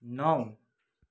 नौ